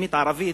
המוסלמית הערבית,